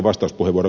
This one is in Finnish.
vastaus ed